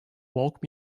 woke